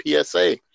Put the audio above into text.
PSA